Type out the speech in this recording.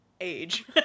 Age